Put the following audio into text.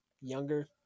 younger